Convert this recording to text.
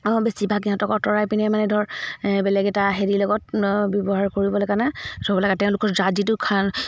অঁ বেছিভাগ সিহঁতক অঁতৰাই পিনে মানে ধৰ বেলেগ এটা হেৰিৰ লগত ব্যৱহাৰ কৰিবলৈ কাৰণে ধৰিব লাগে তেওঁলোকৰ যাৰ যিটো খ